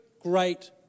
great